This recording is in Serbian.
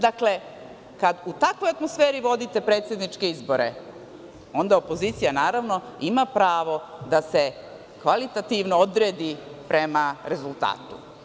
Dakle, kad u takvoj atmosferi vodite predsedničke izbore, onda opozicija naravno ima pravo da se kvalitativno odredi prema rezultatu.